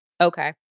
Okay